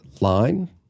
line